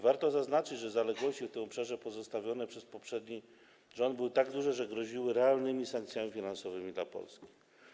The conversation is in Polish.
Warto zaznaczyć, że zaległości w tym obszarze pozostawione przez poprzedni rząd były tak duże, że groziły realnymi sankcjami finansowymi dla Polski.